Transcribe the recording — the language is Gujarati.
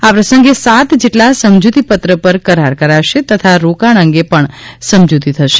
આ પ્રસંગે સાત જેટલા સમજૂતીપત્ર પર કરાર કરાશે તથા રોકાણ અંગે પણ સમજૂતી થશે